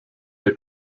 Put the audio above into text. the